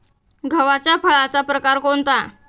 गव्हाच्या फळाचा प्रकार कोणता?